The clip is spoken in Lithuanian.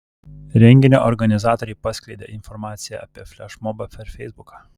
renginio organizatoriai paskleidė informaciją apie flešmobą per feisbuką